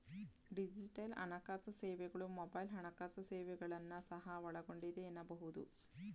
digital ಹಣಕಾಸು ಸೇವೆಗಳು mobile ಹಣಕಾಸು ಸೇವೆಗಳನ್ನ ಸಹ ಒಳಗೊಂಡಿದೆ ಎನ್ನಬಹುದು